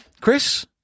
Chris